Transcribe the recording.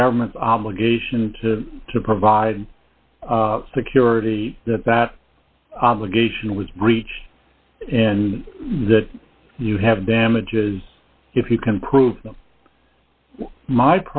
the government's obligation to to provide security that that obligation was breached and that you have damages if you can prove that my